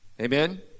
Amen